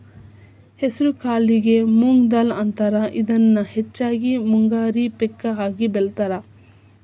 ಹೆಸರಕಾಳಿಗೆ ಮೊಂಗ್ ದಾಲ್ ಅಂತಾರ, ಇದನ್ನ ಹೆಚ್ಚಾಗಿ ಮುಂಗಾರಿ ಪೇಕ ಆಗಿ ಬೆಳೇತಾರ